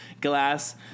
glass